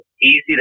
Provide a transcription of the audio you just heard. easy